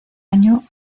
año